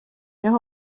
jag